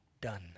done